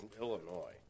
Illinois